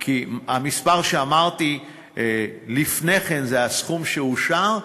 כי המספר שאמרתי לפני כן זה הסכום שאושר,